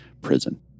prison